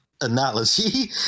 analogy